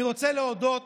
אני רוצה להודות